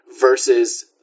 versus